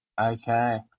Okay